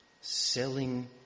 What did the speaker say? selling